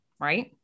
Right